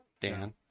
dan